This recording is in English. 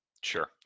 Sure